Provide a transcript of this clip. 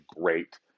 great